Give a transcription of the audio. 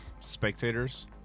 spectators